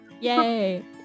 yay